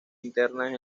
alternan